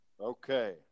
Okay